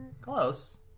Close